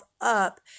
up